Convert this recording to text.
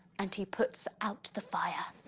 and he puts out the fire.